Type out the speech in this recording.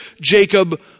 Jacob